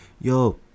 Yo